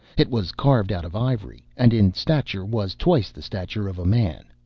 it was carved out of ivory, and in stature was twice the stature of a man.